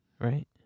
right